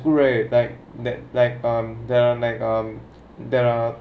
true right but like um like um there are